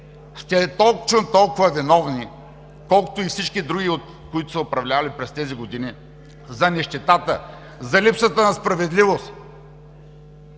точно толкова виновни, колкото и всички други, които са управлявали през тези години, за нищетата, за липсата на справедливост!